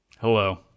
Hello